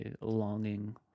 longing